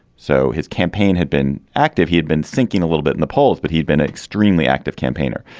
so his campaign had been active he had been sinking a little bit in the polls but he'd been extremely active campaigner.